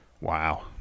Wow